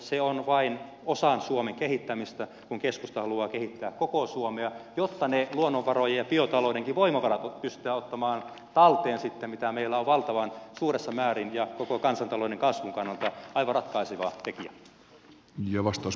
se on suomesta vain osan kehittämistä kun keskusta haluaa kehittää koko suomea jotta pystytään ottamaan talteen sitten ne luonnonvarojen ja biotaloudenkin voimavarat mitä meillä on valtavan suuressa määrin ja mitkä ovat koko kansantalouden kasvun kannalta aivan ratkaiseva tekijä